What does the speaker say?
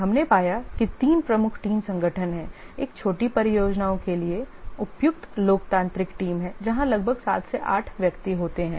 हमने पाया कि तीन प्रमुख टीम संगठन हैं एक छोटी परियोजनाओं के लिए उपयुक्त लोकतांत्रिक टीम है जहां लगभग 7 8 व्यक्ति होते हैं